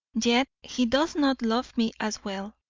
yet he does not love me as well,